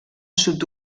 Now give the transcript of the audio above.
sud